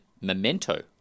memento